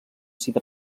cita